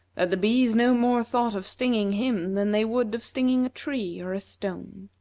that the bees no more thought of stinging him than they would of stinging a tree or a stone.